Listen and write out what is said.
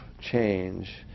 change